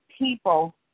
people